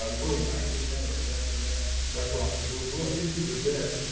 um we'll banking that are investing that that's wrong, we'll we'll issue the debt,